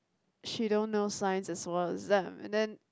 she don't know science as well as them and then